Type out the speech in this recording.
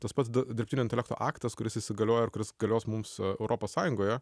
tas pats dirbtinio intelekto aktas kuris įsigaliojo ir kuris galios mums europos sąjungoje